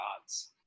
gods